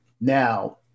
now